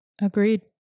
Agreed